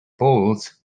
polls